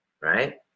Right